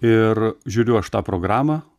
ir žiūriu aš tą programą